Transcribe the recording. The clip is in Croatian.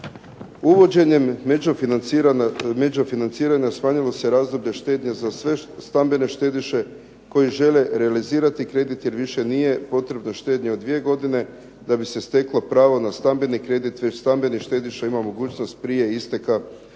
Uvođenjem međufinanciranja smanjilo se razdoblje štednje za sve stambene štediše koji žele realizirati kredit, jer više nije potrebna štednja od dvije godine da bi se steklo pravo na stambeni kredit, već stambene štediše imaju mogućnost prije isteka potrebnog